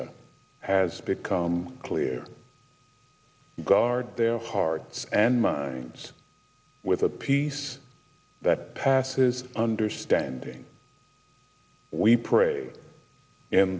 r has become clear guard their hearts and minds with a peace that passes understanding